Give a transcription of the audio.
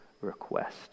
request